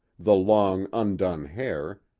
the long, undone hair,